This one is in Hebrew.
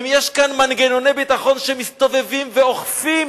אם יש כאן מנגנוני ביטחון שמסתובבים ואוכפים